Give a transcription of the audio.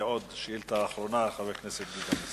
שאל את השר להגנת הסביבה ביום כ"ט בכסלו